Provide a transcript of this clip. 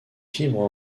fibres